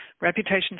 Reputation